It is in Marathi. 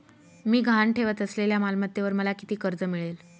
मी गहाण ठेवत असलेल्या मालमत्तेवर मला किती कर्ज मिळेल?